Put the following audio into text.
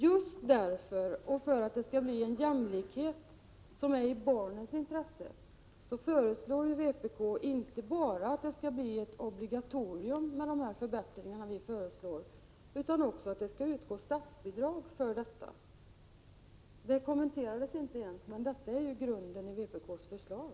Just därför och därför att det skall bli en jämlikhet som är i barnens intresse kräver vpk inte bara att de förbättringar som vi föreslår skall bli obligatoriska utan också att det skall utgå statsbidrag för detta ändamål. Sten-Ove Sundström kommenterade inte ens detta, men det är ju grunden i vpk:s förslag.